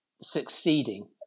succeeding